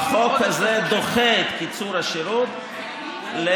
החוק הזה דוחה את קיצור השירות לתאריך